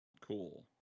Cool